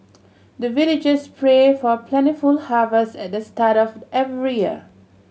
the villagers pray for plentiful harvest at the start of every year